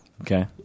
Okay